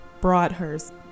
Broadhurst